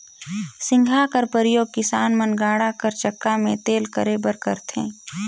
सिगहा कर परियोग किसान मन गाड़ा कर चक्का मे तेल करे बर करथे